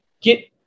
get